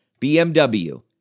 BMW